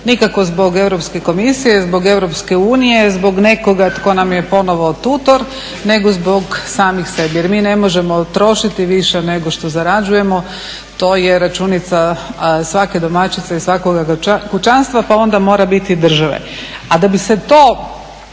nikako zbog Europske komisije, zbog Europske unije, zbog nekoga tko nam je ponovo tutor nego zbog samih sebe jer mi ne možemo trošiti više nego što zarađujemo. To je računica svake domaćice i svakoga kućanstva, pa onda mora biti i države.